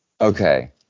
Okay